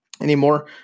anymore